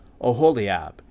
Oholiab